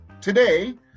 Today